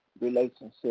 relationship